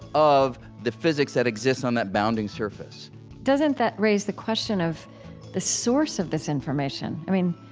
of the physics that exists on that bounding surface doesn't that raise the question of the source of this information? i mean,